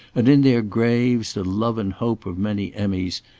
and in their graves the love and hope of many emmys,